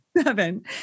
Seven